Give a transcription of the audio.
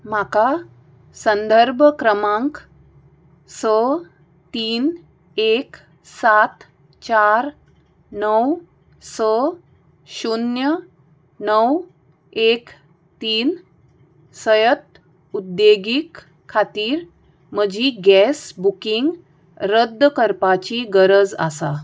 म्हाका संदर्भ क्रमांक स तीन एक सात चार णव स शुन्य णव एक तीन सयत उद्देगीक खातीर म्हजी गॅस बुकींग रद्द करपाची गरज आसा